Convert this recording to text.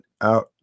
out